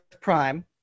Prime